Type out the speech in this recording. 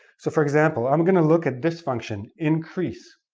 so, for example. i'm going to look at this function increase,